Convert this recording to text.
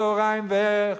צהריים וערב,